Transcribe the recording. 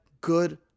good